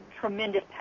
tremendous